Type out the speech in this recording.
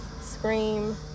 scream